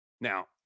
Now